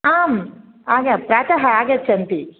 आम् प्रातः आगच्छन्ति